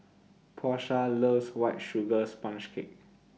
Porsha loves White Sugar Sponge Cake